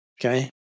Okay